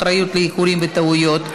אחריות לאיחורים וטעויות),